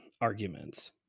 arguments